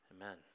Amen